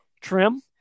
trim